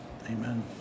Amen